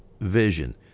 vision